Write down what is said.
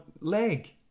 leg